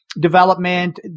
development